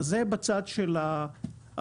אז זה בצד הטכני,